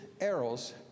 arrows